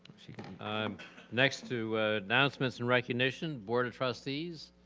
ah um next to announcements and recognition, board of trustees,